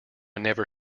never